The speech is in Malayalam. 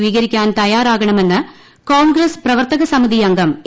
സ്വീകരിക്കാൻ തയ്യാറാകണമെന്ന് കോൺഗ്രസ്സ് പ്രവർത്തക സമിതി അംഗം എ